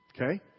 Okay